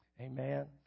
Amen